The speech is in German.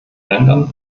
ländern